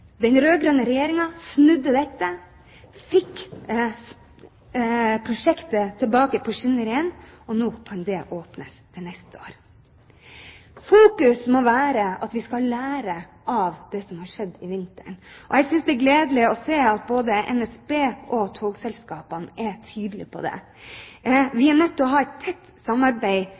Den rød-grønne regjeringen snudde dette, fikk prosjektet tilbake på skinner igjen, og nå kan det åpnes til neste år. Fokus må være at vi skal lære av det som har skjedd i vinter. Jeg synes det er gledelig å se at både NSB og togselskapene er tydelig på det. Vi er nødt til å ha et tett samarbeid